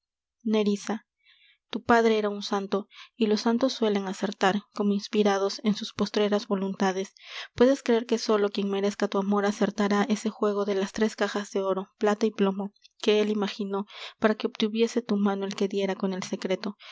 tu padre era un santo y los santos suelen acertar como inspirados en sus postreras voluntades puedes creer que sólo quien merezca tu amor acertará ese juego de las tres cajas de oro plata y plomo que él imaginó para que obtuviese tu mano el que diera con el secreto